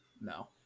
No